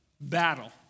battle